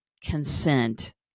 consent